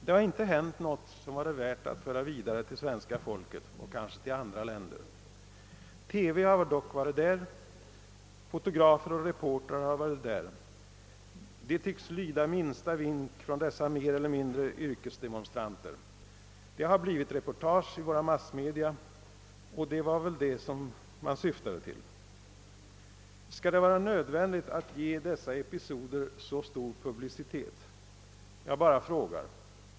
Det har inte hänt något som varit värt att föra vidare till svenska folket och kanske till andra länder, men televisionen har ändå varit närvarande, fotografer och reportrar har varit där — de tycks lyda minsta vink från dessa mer eller mindre yrkesdemonstranter. Det har blivit reportage i våra massmedia, och det var väl detta demonstranterna syftat till. Skall det vara nödvändigt att ge dessa episoder så stor publicitet? Jag bara frågar.